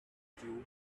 stew